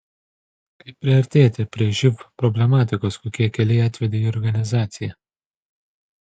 kaip priartėjote prie živ problematikos kokie keliai atvedė į organizaciją